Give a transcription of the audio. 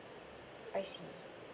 I see